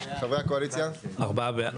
מי נגד?